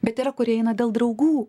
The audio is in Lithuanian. bet yra kurie eina dėl draugų